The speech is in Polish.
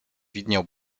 widniał